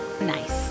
Nice